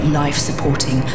life-supporting